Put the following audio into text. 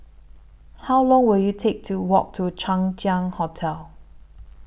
How Long Will IT Take to Walk to Chang Ziang Hotel